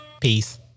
Peace